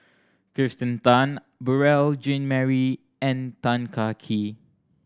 Kirsten Tan Beurel Jean Marie and Tan Kah Kee